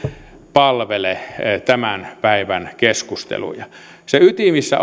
palvele tämän päivän keskusteluja siellä ytimissä